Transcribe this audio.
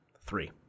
three